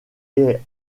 est